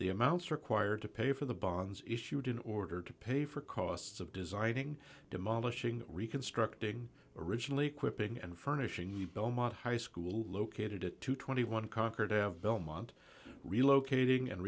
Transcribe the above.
the amounts required to pay for the bonds issued in order to pay for costs of designing demolishing reconstructing originally equipping and furnishing the belmont high school located at two hundred and twenty one concord have belmont relocating and